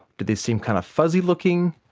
do they seem kind of fuzzy looking?